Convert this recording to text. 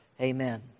Amen